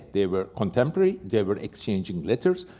they were contemporary, they were exchanging letters.